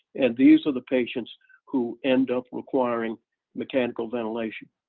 and these are the patients who end up requiring mechanical ventilation